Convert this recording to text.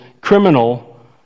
criminal